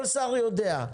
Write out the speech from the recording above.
כל שר יודע.